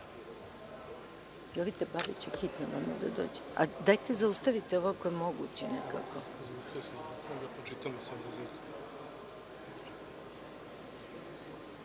Hvala.